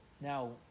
Now